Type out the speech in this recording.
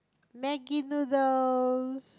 Maggi noodles